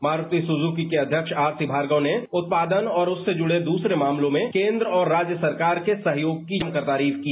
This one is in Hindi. मारूति सुजूकी के अध्यक्ष आर सी भार्गव ने उत्पादन और उससे जुड़े द्रसरे मामलों में केन्द्र और राज्य सरकार के सहयोग की जम कर तारीफ की